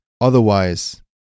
otherwise